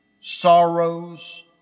sorrows